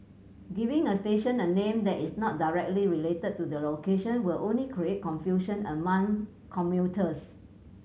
giving a station a name that is not directly related to the location will only create confusion among commuters